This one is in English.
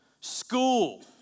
school